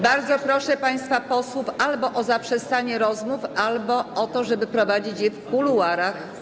Bardzo proszę państwa posłów albo o zaprzestanie rozmów, albo o to, żeby prowadzili je w kuluarach.